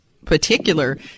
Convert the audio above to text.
particular